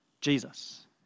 jesus